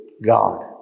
God